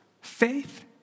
Faith